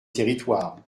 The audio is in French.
territoires